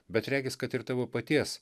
bet regis kad ir tavo paties